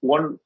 One